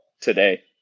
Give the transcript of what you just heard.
today